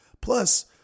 Plus